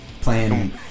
playing